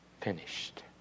finished